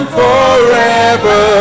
forever